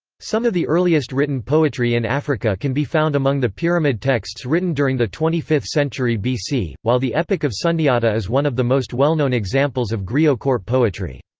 some of the earliest written poetry in africa can be found among the pyramid texts written during the twenty fifth century bc, while the epic of sundiata is one of the most well-known examples of griot court poetry.